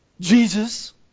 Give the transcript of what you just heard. Jesus